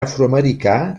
afroamericà